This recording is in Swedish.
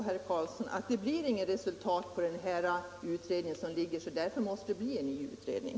Herr talman! Jag kan tala om för herr Karlsson i Huskvarna att det blir inget resultat av den utredning som har lagts fram. Därför måste det bli en ny utredning.